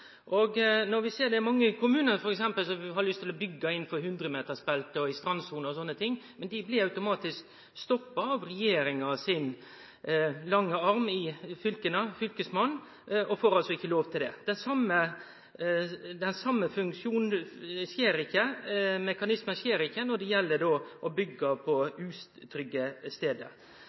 Vi ser at det er mange kommunar som f.eks. har lyst til å byggje innanfor 100-metersfeltet i strandsona og slike ting, men dei blir automatisk stoppa av regjeringa sin lange arm i fylka – Fylkesmannen – og får altså ikkje lov til det. Den same mekanismen skjer ikkje når det gjeld å byggje på utrygge stader.